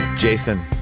Jason